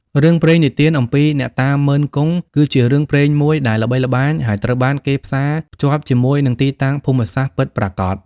រឿងព្រេងនិទានអំពី អ្នកតាម៉ឺន-គង់ គឺជារឿងព្រេងមួយដែលល្បីល្បាញ ហើយត្រូវបានគេផ្សារភ្ជាប់ជាមួយនឹងទីតាំងភូមិសាស្ត្រពិតប្រាកដ។